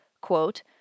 quote